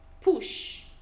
push